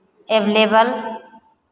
available